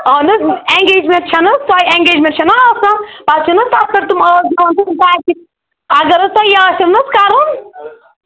اَہن حظ انٛگیجمٮ۪نٛٹ چھَنہٕ حظ تۄہہِ انٛگیجمٮ۪نٛٹ چھَنہٕ حظ آسان پَتہٕ چھِنہٕ حظ تَتھ پٮ۪ٹھ تِم آز نِوان تِم ژوٚچہِ اَگر حظ تۄہہِ یہِ آسیٚو نہ حظ کَرُن